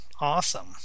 Awesome